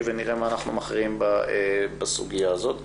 ונראה מה אנחנו מכריעים בסוגיה הזו.